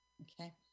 okay